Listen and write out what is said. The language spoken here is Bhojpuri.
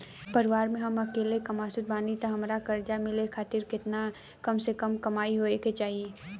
परिवार में हम अकेले कमासुत बानी त हमरा कर्जा मिले खातिर केतना कम से कम कमाई होए के चाही?